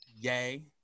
Yay